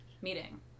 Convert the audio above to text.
meeting